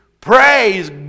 praise